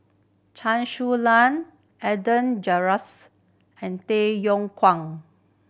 Chen Su Lan Adan and Tay Yong Kwang